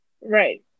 right